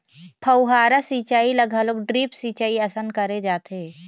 फव्हारा सिंचई ल घलोक ड्रिप सिंचई असन करे जाथे